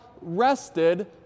rested